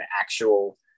actual